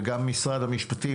וגם משרד המשפטים,